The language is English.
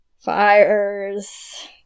fires